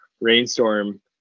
rainstorm